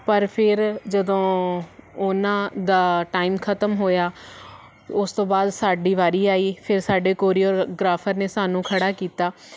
ਪਰ ਫਿਰ ਜਦੋਂ ਉਹਨਾਂ ਦਾ ਟਾਈਮ ਖਤਮ ਹੋਇਆ ਉਸ ਤੋਂ ਬਾਅਦ ਸਾਡੀ ਵਾਰੀ ਆਈ ਫਿਰ ਸਾਡੇ ਕੋਰੀਅਰਗਰਾਫਰ ਨੇ ਸਾਨੂੰ ਖੜ੍ਹਾ ਕੀਤਾ